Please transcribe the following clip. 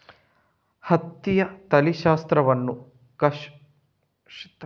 ಹತ್ತಿಯ ತಳಿಶಾಸ್ತ್ರವನ್ನು ಕಲುಷಿತಗೊಳಿಸುವ ಹತ್ತಿ ಬೆಳೆಯ ಸ್ಥಳಗಳಲ್ಲಿ ಪ್ರಭೇದಗಳನ್ನು ಬೆಳೆಯುವುದನ್ನು ನಿಷೇಧಿಸಲು ಕಾರಣವಾಯಿತು